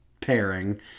pairing